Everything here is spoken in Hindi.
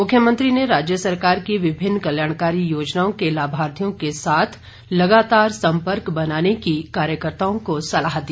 मुख्यमंत्री ने राज्य सरकार की विभिन्न कल्याणकारी योजनाओं के लाभार्थियों के साथ लगातार सम्पर्क बनाने की कार्यकर्ताओं को सलाह दी